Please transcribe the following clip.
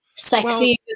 Sexy